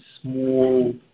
small